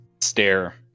Stare